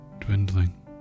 dwindling